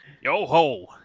Yo-ho